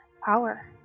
power